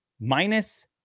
minus